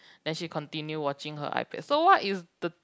then she continue watching her iPad so what is the